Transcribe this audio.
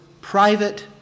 private